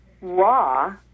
raw